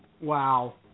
Wow